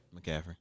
McCaffrey